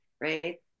right